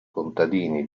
contadini